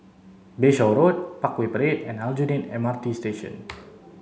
Bayshore Road Parkway Parade and Aljunied M R T Station